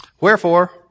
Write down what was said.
Wherefore